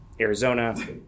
Arizona